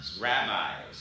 rabbis